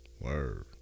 Word